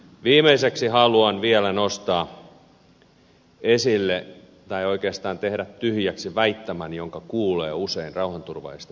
viimeiseksi haluan vielä nostaa esille tai oikeastaan tehdä tyhjäksi väittämän jonka kuulee usein rauhanturvaajista puhuttaessa